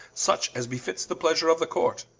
such as befits the pleasure of the court.